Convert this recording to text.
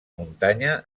muntanya